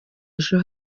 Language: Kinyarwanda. ejo